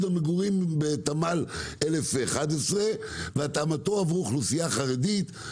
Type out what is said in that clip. מגורים בתמ"ל 1011 והתאמתו עבור האוכלוסייה החרדית,